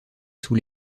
sous